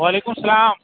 وعلیکُم السلام